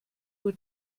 uhr